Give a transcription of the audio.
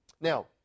Now